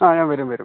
ആ ഞാൻ വരും വരും